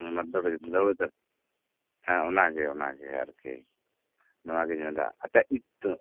ᱢᱟᱫᱷᱵᱮ ᱫᱟᱹᱣᱲᱟᱹ ᱪᱮᱛᱟᱱ ᱦᱮᱸ ᱚᱱᱟ ᱜᱮ ᱚᱱᱟ ᱜᱮ ᱟᱨᱠᱤ ᱱᱚᱣᱟ ᱜᱮᱧ ᱢᱮᱱ ᱮᱫᱟ ᱟᱪᱪᱷᱟ ᱤᱛ